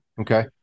Okay